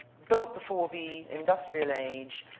built before the industrial age,